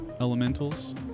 elementals